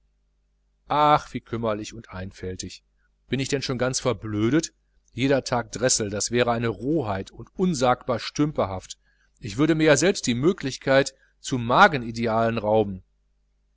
ach wie kümmerlich und einfältig bin ich denn schon ganz verblödet jeder tag dressel das wäre ja eine rohheit und unsagbar stümperhaft ich würde mir ja selbst die möglichkeit zu magenidealen rauben